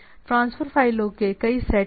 transfer फ़ाइलों के कई सेट हैं